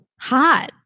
hot